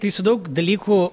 tai su daug dalykų